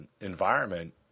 environment